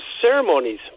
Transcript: ceremonies